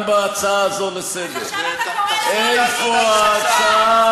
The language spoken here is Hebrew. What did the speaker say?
אתה לא מתבייש, כבוד השר?